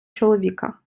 чоловіка